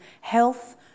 health